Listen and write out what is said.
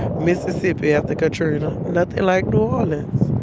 mississippi after katrina. nothing like new orleans.